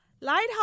Lighthouse